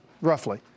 roughly